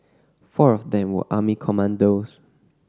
four of them were army commandos